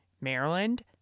Maryland